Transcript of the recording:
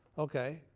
okay?